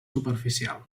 superficial